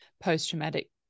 post-traumatic